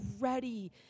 ready